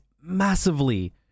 massively